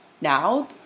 now